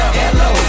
hello